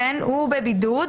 הוא בבידוד,